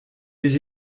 des